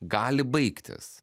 gali baigtis